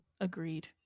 Agreed